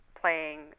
playing